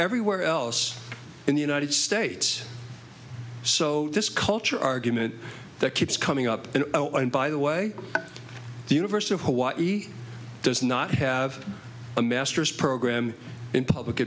everywhere else in the united states so this culture argument that keeps coming up and by the way the university of hawaii does not have a master's program in public